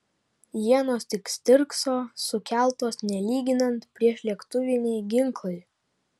ienos tik stirkso sukeltos nelyginant priešlėktuviniai ginklai